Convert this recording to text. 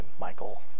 Michael